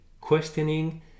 questioning